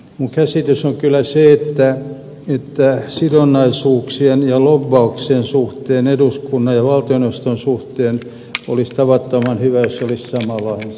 minun käsitykseni on kyllä se että sidonnaisuuksien ja lobbauksen suhteen eduskunnan ja valtioneuvoston suhteen olisi tavattoman hyvä jos olisi sama lainsäädäntö